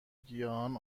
گیاهان